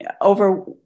over